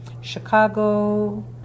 Chicago